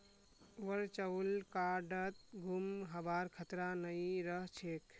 virtual कार्डत गुम हबार खतरा नइ रह छेक